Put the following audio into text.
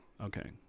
okay